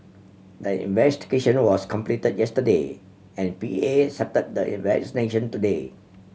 the investigation was completed yesterday and P A the resignation today